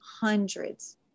hundreds